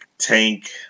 tank